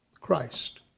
Christ